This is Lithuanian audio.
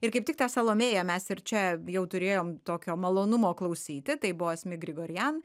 ir kaip tik tą salomėją mes ir čia jau turėjom tokio malonumo klausyti tai buvo asmik grigorian